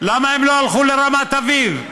למה הם לא הלכו לרמת אביב?